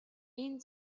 энэ